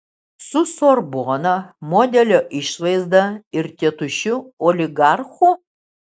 su sorbona modelio išvaizda ir tėtušiu oligarchu